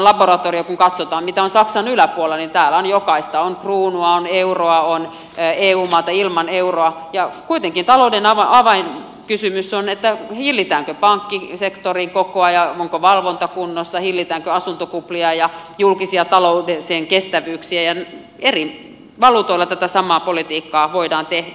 kun katsotaan mitä on saksan yläpuolella niin täällä on jokaista on kruunua on euroa on eu maata ilman euroa ja kuitenkin talouden avainkysymys on hillitäänkö pankkisektorin kokoa onko valvonta kunnossa hillitäänkö asuntokuplia ja parannetaanko julkisia taloudellisia kestävyyksiä ja eri valuutoilla tätä samaa politiikkaa voidaan tehdä